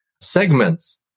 segments